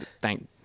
thank